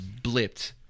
blipped